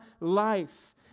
life